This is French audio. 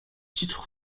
titre